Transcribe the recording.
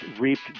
reaped